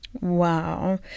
Wow